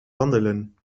wandelen